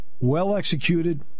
well-executed